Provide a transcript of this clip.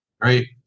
Great